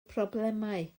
problemau